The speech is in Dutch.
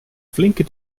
flinke